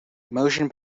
motion